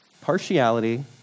partiality